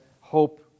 hope